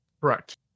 Correct